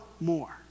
more